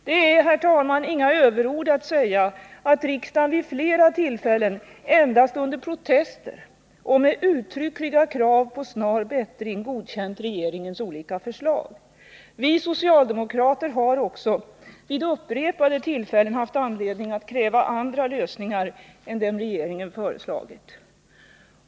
Det är, herr talman, inga överord att säga att riksdagen vid flera tillfällen endast under protester och med uttryckliga krav på snar bättring godkänt regeringens olika förslag. Vi socialdemokrater har också vid upprepade tillfällen haft anledning att kräva andra lösningar än dem regeringen föreslagit.